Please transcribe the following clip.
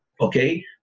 okay